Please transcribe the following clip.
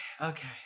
okay